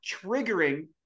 triggering